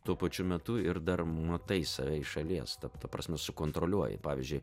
tuo pačiu metu ir dar matai save iš šalies ta prasme sukontroliuoji pavyzdžiui